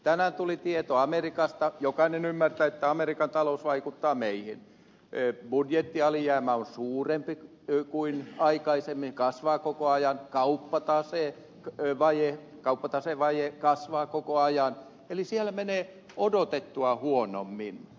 tänään tuli tieto amerikasta jokainen ymmärtää että amerikan talous vaikuttaa meihin budjettialijäämä on suurempi kuin aikaisemmin kasvaa koko ajan kauppataseen vaje kasvaa koko ajan eli siellä menee odotettua huonommin